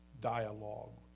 dialogue